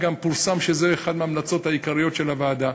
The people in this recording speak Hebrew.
וגם פורסם שזאת אחת מההמלצות העיקריות של הוועדה,